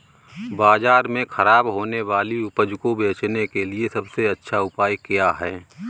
बाज़ार में खराब होने वाली उपज को बेचने के लिए सबसे अच्छा उपाय क्या हैं?